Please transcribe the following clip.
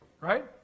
right